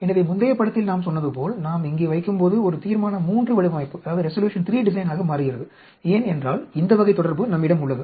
எனவே முந்தைய படத்தில் நாம் சொன்னது போல் நாம் இங்கே வைக்கும்போது இது ஒரு தீர்மான III வடிவமைப்பாக மாறுகிறது ஏனென்றால் இந்த வகை தொடர்பு நம்மிடம் உள்ளது